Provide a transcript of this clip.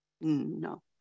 No